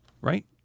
Right